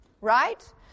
right